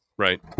Right